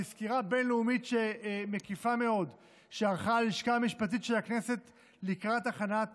מסקירה בין-לאומית מקיפה מאוד שערכה הלשכה המשפטית של הכנסת לקראת הכנת